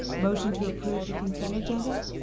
motion to approve the consent agenda?